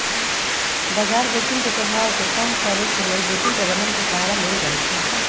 बजार जोखिम के प्रभाव के कम करेके लेल जोखिम प्रबंधन के सहारा लेल जाइ छइ